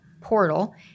portal